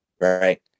right